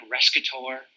Rescator